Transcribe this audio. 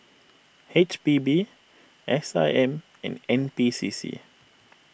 H B B S I M and N B C C